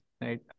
Right